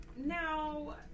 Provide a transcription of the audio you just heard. Now